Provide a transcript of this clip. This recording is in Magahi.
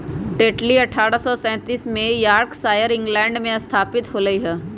टेटली अठ्ठारह सौ सैंतीस में यॉर्कशायर, इंग्लैंड में स्थापित होलय हल